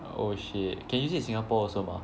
oh shit can use it in Singapore also mah